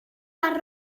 marró